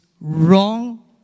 wrong